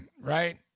Right